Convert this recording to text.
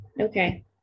okay